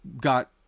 got